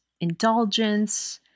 indulgence